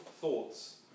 thoughts